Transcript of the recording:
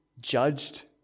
judged